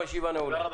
הישיבה נעולה.